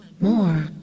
more